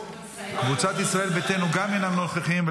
קבוצת ישראל ביתנו גם אינם נוכחים,